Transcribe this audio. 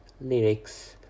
lyrics